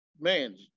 man